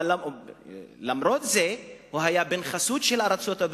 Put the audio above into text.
אבל למרות זה הוא היה בן חסות של ארצות-הברית,